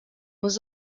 was